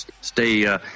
stay